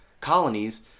colonies